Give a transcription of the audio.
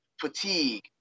fatigue